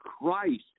Christ